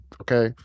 okay